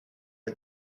l’a